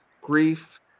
grief